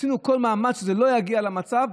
עשינו כל מאמץ שזה לא יגיע למצב,